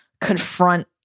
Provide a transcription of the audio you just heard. confront